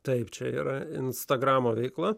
taip čia yra instagramo veikla